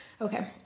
Okay